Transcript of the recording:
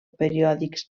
periòdics